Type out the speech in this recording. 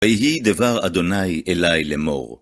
ויהי דבר ה' אלי לאמור.